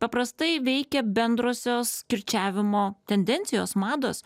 paprastai veikia bendrosios kirčiavimo tendencijos mados